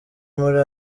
muri